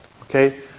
Okay